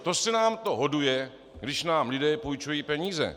To se nám to hoduje, když nám lidé půjčují peníze.